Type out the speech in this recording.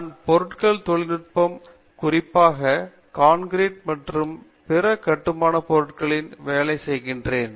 நான் பொருட்கள் தொழில்நுட்பங்கள் குறிப்பாக கான்கிரீட் மற்றும் பிற கட்டுமான பொருட்களில் வேலை செய்கிறேன்